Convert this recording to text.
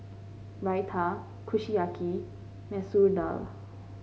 Raita Kushiyaki and Masoor Dal